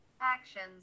Actions